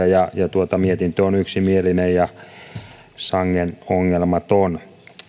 ja ympäristöministeriötä mietintö on yksimielinen ja sangen ongelmaton